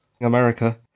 America